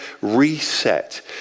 reset